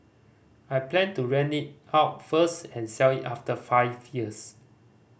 I plan to rent it out first and sell it after five years